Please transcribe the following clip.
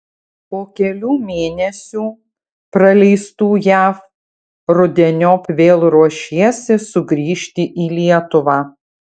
po kelių mėnesių praleistų jav rudeniop vėl ruošiesi sugrįžti į lietuvą